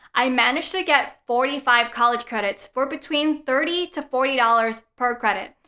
i managed to get forty five college credits for between thirty to forty dollars per credit.